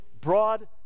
broad